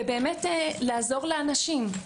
ולעזור לאנשים.